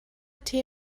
tee